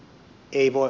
ei voi